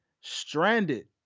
stranded